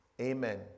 Amen